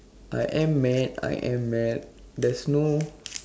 I am mad I am mad there's no